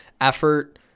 effort